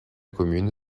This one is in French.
commune